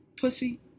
pussy